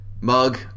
mug